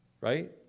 right